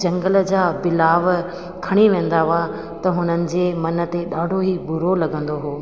झंगल जा बिलावर खणी वेंदा हुआ त हुननि जे मन ते ॾाढो ई बुरो लॻंदो हुओ